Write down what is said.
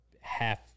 half